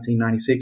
1996